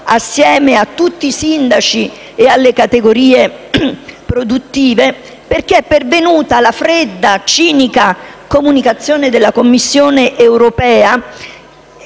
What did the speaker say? assieme a tutti i sindaci e alle categorie produttive. È infatti pervenuta la fredda e cinica comunicazione della Commissione europea